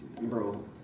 bro